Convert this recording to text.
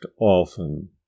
often